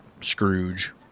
Scrooge